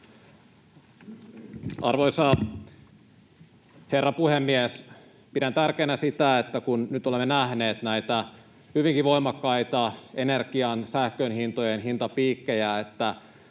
Arvoisa herra puhemies! Pidän tärkeänä sitä, että kun nyt olemme nähneet näitä hyvinkin voimakkaita energian ja sähkön hintapiikkejä, niin